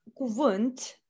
cuvânt